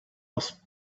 was